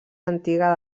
antiga